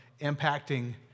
impacting